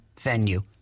venue